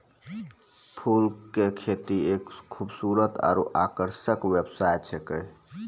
फूल के खेती एक खूबसूरत आरु आकर्षक व्यवसाय छिकै